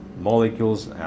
molecules